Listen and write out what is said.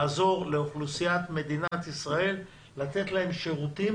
לעזור לאוכלוסיית מדינת ישראל לתת להם שירותים